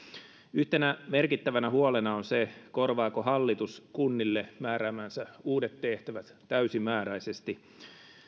yhtenä merkittävänä huolena on se korvaako hallitus kunnille määräämänsä uudet tehtävät täysimääräisesti